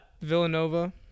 Villanova